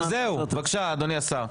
בבקשה, אדוני השר.